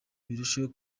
birusheho